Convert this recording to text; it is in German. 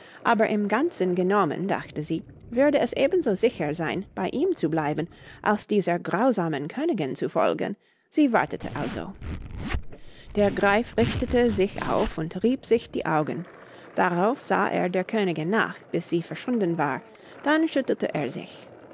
aber im ganzen genommen dachte sie würde es eben so sicher sein bei ihm zu bleiben als dieser grausamen königin zu folgen sie wartete also der greif richtete sich auf und rieb sich die augen darauf sah er der königin nach bis sie verschwunden war dann schüttelte er sich